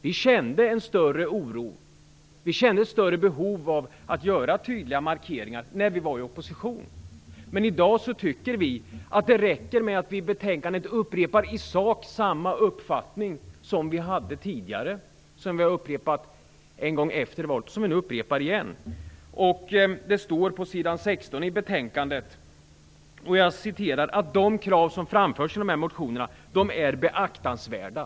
Vi kände en större oro, vi kände ett större behov av att göra tydliga markeringar när vi var i opposition, men i dag tycker vi att det räcker med att vi i betänkandet igen upprepar i sak samma uppfattning som vi framförde tidigare. Det står på s. 16 i betänkandet att de krav som framförts i motionerna är beaktansvärda.